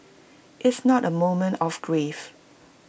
it's not A moment of grief